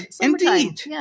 Indeed